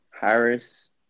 Harris